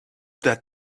that